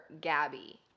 Gabby